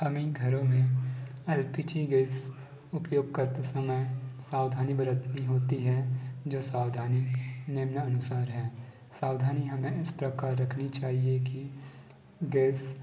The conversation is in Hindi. हमें घरों में एल पी जी गैस उपयोग करते समय सावधानी बरतनी होती है जो सावधानी निम्नानुसार है सावधानी हमें इस प्रकार रखनी चाहिए कि गैस